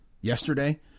yesterday